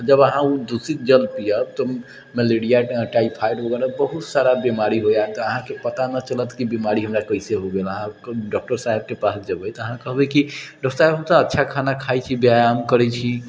जब अहाँ ओ दूषित जल पिअब तऽ मलेरिया टाइफाइड वगैरह बहुत सारा बिमारी हो जाएत अहाँके पता नहि चलत कि बिमारी हमरा कइसे हो गेलै आओर डॉक्टर साहबके पास जेबै तऽ अहाँ कहबै कि डॉक्टर साहब हम तऽ अच्छा खाना खाइ छी व्यायाम करै छी